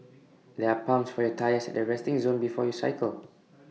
there are pumps for your tyres at the resting zone before you cycle